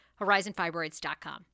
Horizonfibroids.com